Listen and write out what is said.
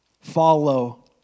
follow